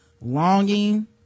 longing